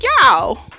y'all